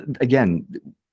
again